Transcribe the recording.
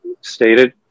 stated